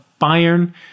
Bayern